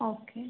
okay